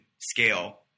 scale